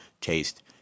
taste